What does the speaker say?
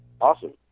Awesome